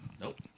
Nope